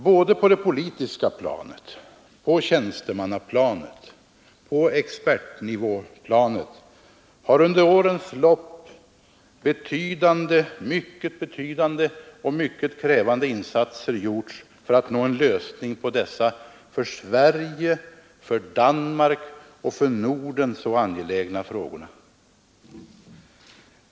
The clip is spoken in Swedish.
Både på det politiska planet och på tjänstemannaoch expertnivå har under årens lopp mycket betydande och mycket krävande insatser gjorts för att nå en lösning på dessa för Sverige, för Danmark och för Norden så angelägna frågorna.